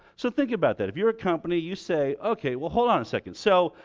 so think about that if you're a company you say okay, well hold on a second. so,